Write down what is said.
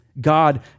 God